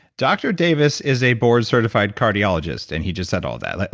dr. davis is a board-certified cardiologist and he just said all that. like